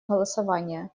голосования